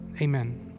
amen